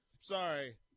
Sorry